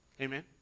amen